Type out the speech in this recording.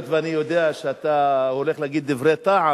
היות שאני יודע שאתה הולך להגיד דברי טעם